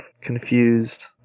confused